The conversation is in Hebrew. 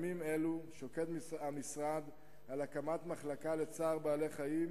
בימים אלו שוקד המשרד על הקמת מחלקה לצער בעלי-חיים,